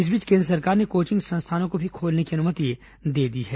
इस बीच केन्द्र सरकार ने कोचिंग संस्थानों को भी खोलने की अनुमति दे दी है